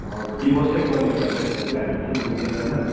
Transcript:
हजुर डिभोर्स चाहिँ गर्ने भइरहेको छ कि अहिले चाहिँ दुवैजना